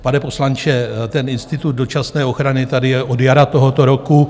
Pane poslanče, institut dočasné ochrany tady je od jara tohoto roku.